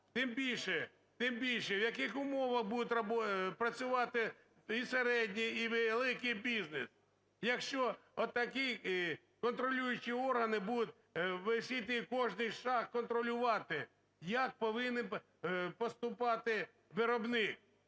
Тим більше, в яких умовах будуть працювати і середній, і великий бізнес, якщо отакі контролюючі органи будуть висіти і кожний шаг контролювати? Як повинен поступати виробник